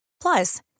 Plus